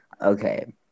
Okay